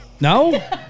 No